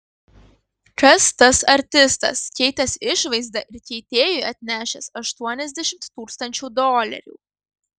kas tas artistas keitęs išvaizdą ir keitėjui atnešęs aštuoniasdešimt tūkstančių dolerių